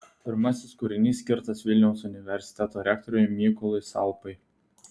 pirmasis kūrinys skirtas vilniaus universiteto rektoriui mykolui salpai